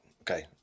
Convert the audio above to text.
okay